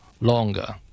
longer